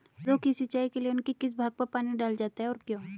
पौधों की सिंचाई के लिए उनके किस भाग पर पानी डाला जाता है और क्यों?